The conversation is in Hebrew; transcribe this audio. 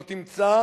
לא תמצא